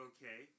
Okay